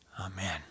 Amen